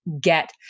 get